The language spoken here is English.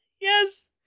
Yes